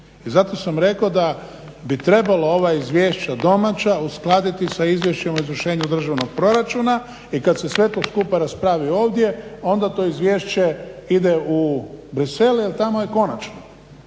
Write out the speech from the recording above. I zato sam rekao da bi trebalo ova izvješća domaća uskladiti sa Izvješćem o izvršenju državnog proračuna i kad se sve to skupa raspravi ovdje onda to izvješće ide u Bruxelles jer tamo je konačno.